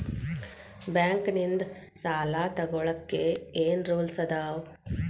Bank ನಿಂದ್ ಸಾಲ ತೊಗೋಳಕ್ಕೆ ಏನ್ ರೂಲ್ಸ್ ಅದಾವ?